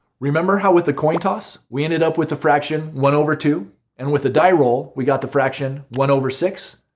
remember how with a coin toss, we ended up with the fraction one over two and with a die roll we got the fraction one over six.